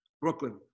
Brooklyn